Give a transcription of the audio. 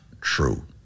true